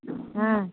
हूँ